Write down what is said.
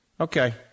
Okay